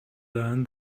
learn